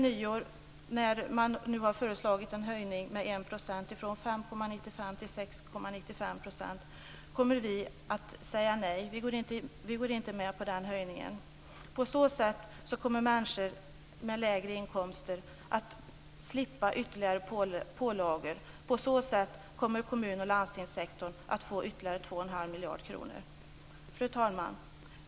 Nu har man föreslagit en höjning med 1 % fr.o.m. nyår, från 5,95 % till 6,95 %. Vi kommer att säga nej till det. Vi går inte med på den höjningen. På så sätt kommer människor med lägre inkomster att slippa ytterligare pålagor. På så sätt kommer kommun och landstingssektorn att få ytterligare två och en halv miljard kronor. Fru talman!